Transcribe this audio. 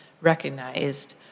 recognized